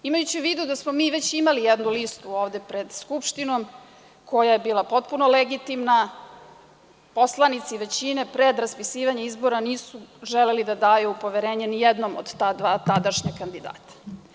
Imajući u vidu da smo mi već imali jednu listu ovde pred Skupštinom, koja je bila potpuno legitimna, poslanici većine pred raspisivanje izbora nisu želeli da daju poverenje nijednom od ta dva tadašnja kandidata.